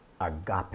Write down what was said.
agape